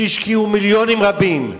שהשקיעו מיליונים רבים,